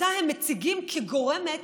שאותה הם מציגים כגורמת